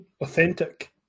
Authentic